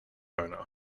owner